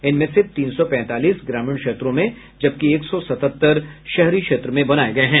इनमें से तीन सौ पैंतालीस ग्रामीण क्षेत्रों में जबकि एक सौ सतहत्तर शहरी क्षेत्र में बनाए गए हैं